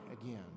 again